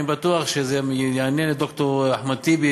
שאני בטוח שיעניינו את ד"ר אחמד טיבי,